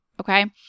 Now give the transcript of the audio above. okay